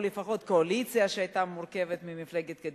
או לפחות הקואליציה שהיתה מורכבת ממפלגת קדימה,